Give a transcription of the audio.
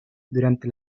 durante